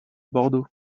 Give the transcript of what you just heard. bordeaux